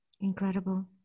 Incredible